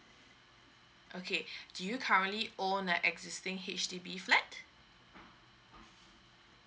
okay do you currently own a existing H_D_B flat